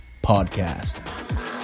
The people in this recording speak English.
podcast